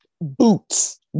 boots